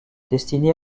destinée